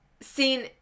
seen